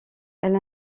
elle